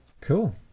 Cool